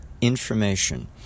information